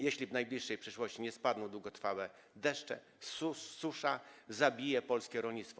Jeśli w najbliższej przyszłości nie spadną długotrwałe deszcze, susza zabije polskie rolnictwo.